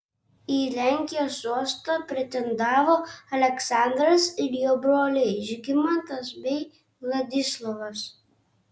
į lenkijos sostą pretendavo aleksandras ir jo broliai žygimantas bei vladislovas